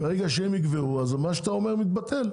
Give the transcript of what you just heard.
ברגע שהם יקבעו אז מה שאתה אומר מתבטל.